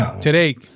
today